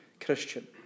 Christian